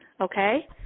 okay